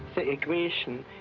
the equation,